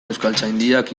euskaltzaindiak